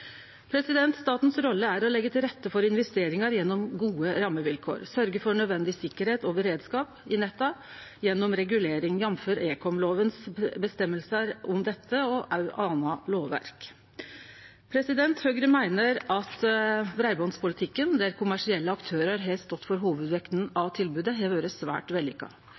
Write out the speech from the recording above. rolle er å leggje til rette for investeringar gjennom gode rammevilkår og sørgje for nødvendig sikkerheit og beredskap i netta gjennom regulering, jf. føresegnene i ekomlova om dette og òg anna lovverk. Høgre meiner at breibandspolitikken, der kommersielle aktørar har stått for hovudvekta av tilboda, har vore svært